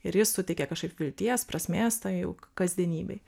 ir jis suteikė kažkiek vilties prasmės tai jau kasdienybei